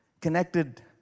connected